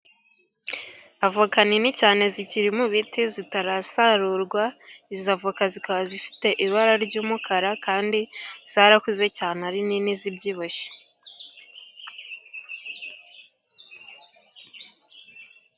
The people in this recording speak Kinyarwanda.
Avoka nini cyane zikiririmo biti zitarasarurwa, izo avoka zikaba zifite ibara ry'umukara kandi zarakuze cyane ari nini zibyibushye.